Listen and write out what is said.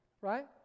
right